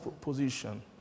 position